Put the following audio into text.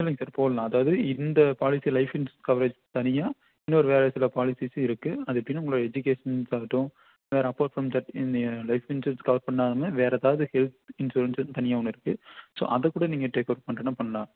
இல்லங்க சார் போடலாம் அதாவது இந்த பாலிசி ஃலைப் இன்சூரன்ஸ் கவரேஜ் தனியாக இன்னும் வேறு சில பாலிஸிஸ் இருக்குது அது எப்படினா உங்களோட எஜிகேஷன்ஸ் ஆகட்டும் அப்பார்ட் ஃப்ரம் தட் இன்றைய ஃலைப் இன்சூரன்ஸ் கவர் பண்ணாமல் வேறு எதாவது ஹெல்த் இன்சூரன்ஸுன்னு தனியாக ஒன்று இருக்குது ஸோ அதைக்கூட நீங்கள் டேக் ஓவர் பண்றதுனா பண்ணலாம்